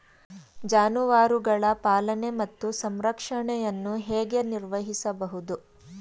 ಜಾನುವಾರುಗಳ ಪಾಲನೆ ಮತ್ತು ಸಂರಕ್ಷಣೆಯನ್ನು ಹೇಗೆ ನಿರ್ವಹಿಸಬಹುದು?